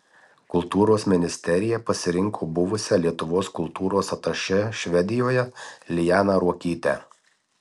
kultūros ministerija pasirinko buvusią lietuvos kultūros atašė švedijoje lianą ruokytę